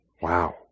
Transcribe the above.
Wow